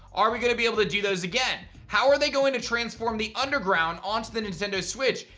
are we going to be able to do those again? how are they going to transform the underground onto the nintendo switch?